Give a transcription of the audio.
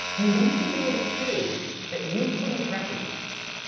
and they could build a cage that you couldn't recognize